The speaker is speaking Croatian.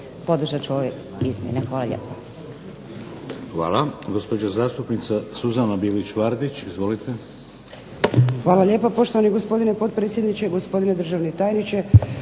Podržat ću ove izmjene. Hvala lijepo.